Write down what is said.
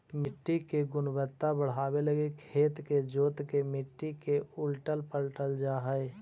मट्टी के गुणवत्ता बढ़ाबे लागी खेत के जोत के मट्टी के उलटल पलटल जा हई